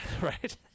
right